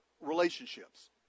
relationships